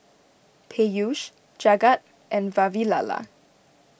Peyush Jagat and Vavilala